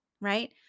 right